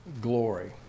glory